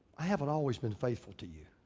i haven't always been faithful to you.